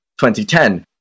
2010